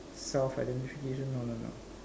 self identification no no no